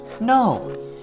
No